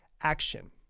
action